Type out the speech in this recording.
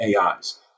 AIs